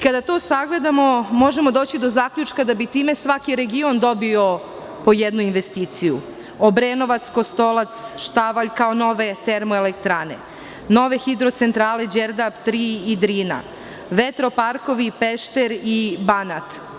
Kada sve to sagledamo, možemo doći do zaključka da bi time svaki region dobio po jednu investiciju – Obrenovac, Kostolac, Štavalj, kao nove termoelektrane, nove hidrocentrale – Đerdap 3 i Drina, vetroparkovi – Pešter i Banat.